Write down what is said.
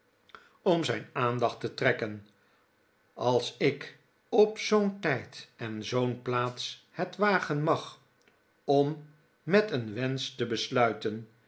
om zijn aandacht te trekken als ik op zoo'n tijd en zoo'n plaats het wagen mag om met een wensch te besluiten